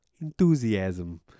enthusiasm